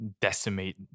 decimate